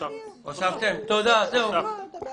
נפתור את הבעיה.